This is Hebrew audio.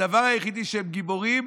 הדבר היחידי שהם גיבורים